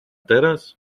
teraz